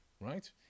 right